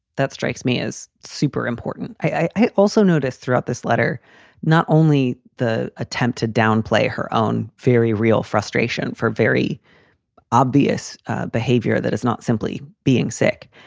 that strikes me as super important. i also noticed throughout this letter not only the attempt to downplay her own very real frustration for very obvious behavior, that it's not simply being sick,